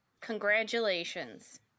congratulations